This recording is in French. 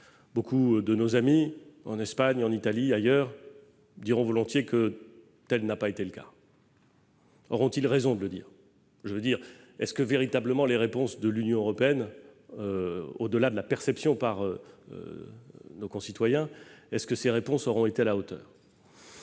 beaucoup de nos amis en Espagne, en Italie et ailleurs diront volontiers que tel n'a pas été le cas. Auront-ils raison ? Autrement dit, les réponses de l'Union européenne, au-delà de la perception de nos concitoyens, auront-elles été à la hauteur ?